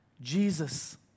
Jesus